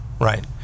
right